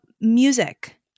Music